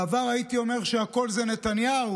בעבר הייתי אומר שהכול זה נתניהו,